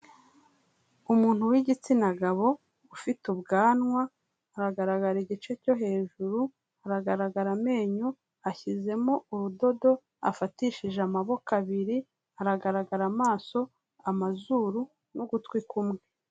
Umuntu w'igitsina gabo, ufite ubwanwa, aragaragara igice cyo hejuru, hagaragara amenyo, ashyizemo urudodo, afatishije amaboko abiri, aragaragara amaso, amazuru n'ugutwi kumwe.